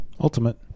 ultimate